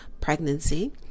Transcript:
pregnancy